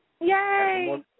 yay